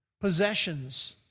possessions